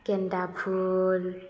गेन्दा फुल